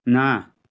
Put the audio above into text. ନା